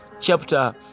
chapter